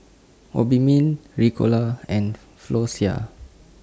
Obimin Ricola and Floxia